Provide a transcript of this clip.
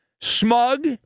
smug